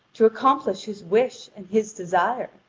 to accomplish his wish and his desire.